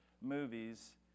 movies